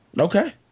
Okay